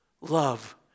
love